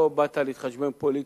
לא באת להתחשבן פוליטית,